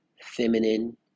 feminine